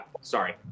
sorry